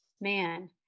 man